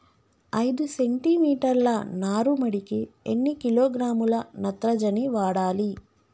ఐదు సెంటి మీటర్ల నారుమడికి ఎన్ని కిలోగ్రాముల నత్రజని వాడాలి?